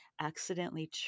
accidentally